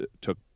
took